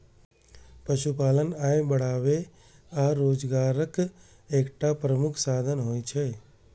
पशुपालन आय बढ़ाबै आ रोजगारक एकटा प्रमुख साधन होइ छै